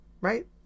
right